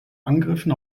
angriffen